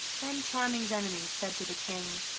then charming's enemies said to the king